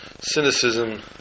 cynicism